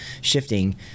shifting